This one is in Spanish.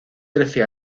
trece